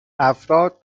افراد